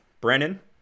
Brennan